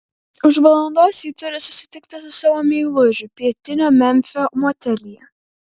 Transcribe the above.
už valandos ji turi susitikti su savo meilužiu pietinio memfio motelyje